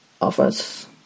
office